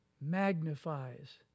magnifies